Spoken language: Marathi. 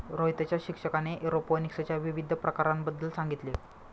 रोहितच्या शिक्षकाने एरोपोनिक्सच्या विविध प्रकारांबद्दल सांगितले